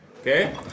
okay